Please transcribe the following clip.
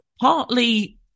partly